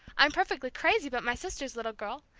i'm perfectly crazy about my sister's little girl.